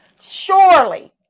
Surely